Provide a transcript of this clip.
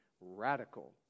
radical